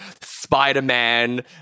Spider-Man